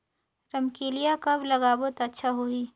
रमकेलिया कब लगाबो ता अच्छा होही?